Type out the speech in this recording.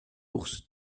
pour